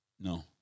No